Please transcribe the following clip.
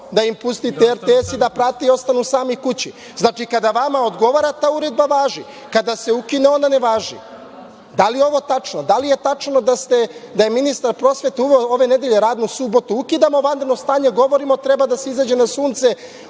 da im pustite RTS i da prate i ostanu sami kući? Znači, kada vama odgovara ta uredba važi, kada se ukine onda ne važi? Da li je ovo tačno? Da li je tačno da je ministar prosvete uveo ove nedelje radnu subotu? Ukidamo vanredno stanje, govorimo treba da se izađe na Sunce.